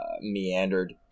meandered